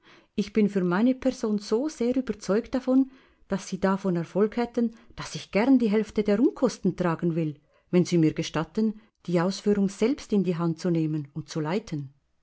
ich bin für meine person so sehr überzeugt davon daß sie davon erfolg hätten daß ich gern die hälfte der unkosten tragen will wenn sie mir gestatten die ausführung selbst in die hand zu nehmen und zu leiten